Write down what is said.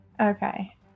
Okay